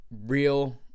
real